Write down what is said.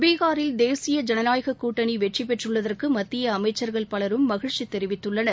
பீகாரில் தேசிய ஜனநாயகக் கூட்டணி வெற்றிபெற்றுள்ளதற்கு மத்திய அமைச்சர்கள் பலரும் மகிழ்ச்சி தெரிவித்துள்ளனர்